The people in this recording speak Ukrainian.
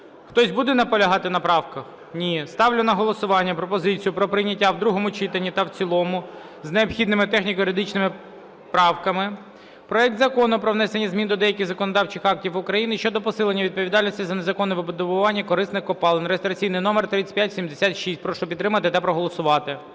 Хтось буде наполягати на правках? Ні. Ставлю на голосування пропозицію про прийняття в другому читанні та в цілому з необхідними техніко-юридичними правками проект Закону про внесення змін до деяких законодавчих актів України щодо посилення відповідальності за незаконне видобування корисних копалин (реєстраційний номер 3576). Прошу підтримати та проголосувати.